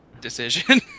decision